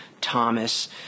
Thomas